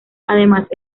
además